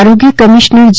આરોગ્ય કમિશનર જે